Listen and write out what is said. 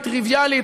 היא טריוויאלית,